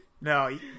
No